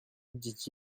dit